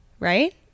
right